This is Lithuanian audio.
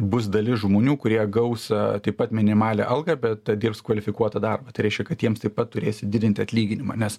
bus dalis žmonių kurie gaus taip pat minimalią algą bet dirbs kvalifikuotą darbą tai reiškia kad jiems taip pat turėsi didinti atlyginimą nes